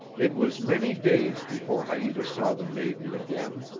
it was many days before haita saw the maiden again.